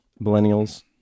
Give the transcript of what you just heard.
millennials